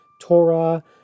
torah